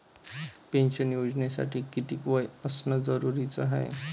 Pension योजनेसाठी कितीक वय असनं जरुरीच हाय?